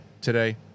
today